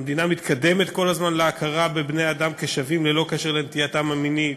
המדינה מתקדמת כל הזמן להכרה בבני-אדם כשווים ללא קשר לנטייתם המינית,